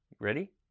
ready